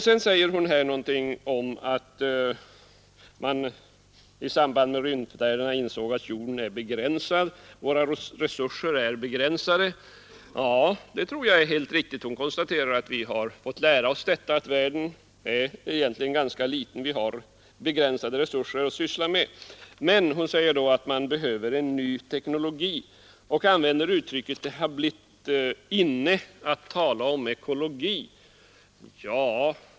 Fru Hambraeus säger att man i samband med rymdfärderna insåg att jorden egentligen är ganska liten och att vi har begränsade resurser. Ja, det tror jag är riktigt. Hon framhåller då att man behöver en ny teknologi och använder uttrycket att det har blivit inne att tala om ekologi.